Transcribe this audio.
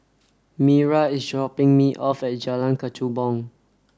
Mira is dropping me off at Jalan Kechubong